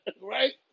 right